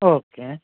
okay